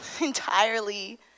entirely